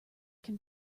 can